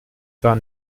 gar